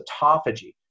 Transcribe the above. autophagy